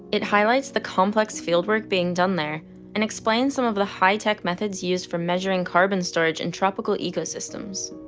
it highlights the complex field work being done there and explains some of the high-tech methods used for measuring carbon storage in and tropical ecosystems.